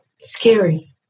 scary